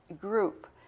group